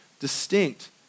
distinct